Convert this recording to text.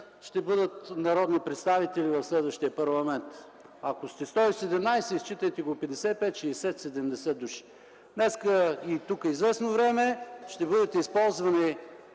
ще бъдат народни представители в следващия парламент. Ако сега сте 117, считайте 55-60-70 души. Днес и тук известно време ще бъдете използвани